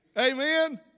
amen